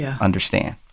understand